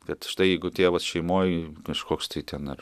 kad štai jeigu tėvas šeimoj kažkoks tai ten ar